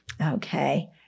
okay